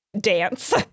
dance